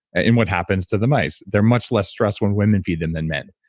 ah in what happens to the mice. they're much less stressed when women feed them than men.